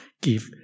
give